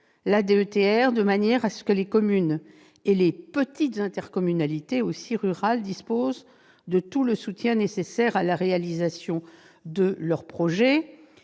la DETR, de manière à ce que les communes et les petites intercommunalités rurales disposent de tout le soutien nécessaire à la réalisation de leurs projets.